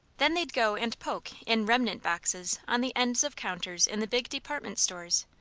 then they'd go and poke in remnant boxes on the ends of counters in the big department stores,